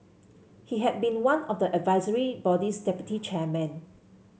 he had been one of the advisory body's deputy chairmen